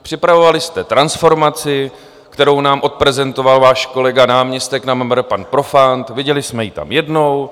Připravovali jste transformaci, kterou nám odprezentoval váš kolega, náměstek na MMR pan Profant, viděli jsme ji tam jednou.